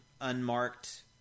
unmarked